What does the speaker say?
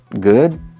good